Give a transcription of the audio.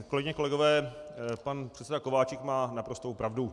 Kolegyně, kolegové, pan předseda Kováčik má naprostou pravdu.